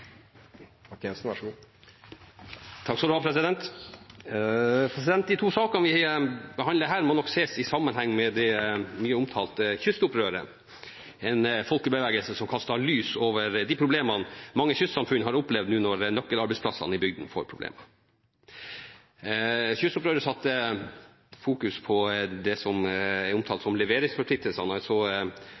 De to sakene vi behandler nå må ses i sammenheng med det mye omtalte kystopprøret – en folkebevegelse som kastet lys over de problemene mange kystsamfunn har opplevd når nøkkelarbeidsplassene i bygdene får problemer. Kystopprøret rettet søkelyset mot det som er omtalt som leveringsforpliktelsene